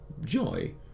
joy